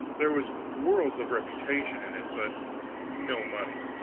there was worlds of reputation in it, but no money.